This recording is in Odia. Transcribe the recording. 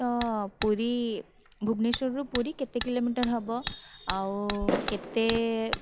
ତ ପୁରୀ ଭୁବେନେଶ୍ୱର ରୁ ପୁରୀ କେତେ କିଲୋମିଟର୍ ହେବ ଆଉ କେତେ